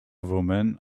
woman